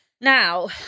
Now